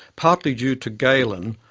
partly due to galen,